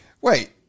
wait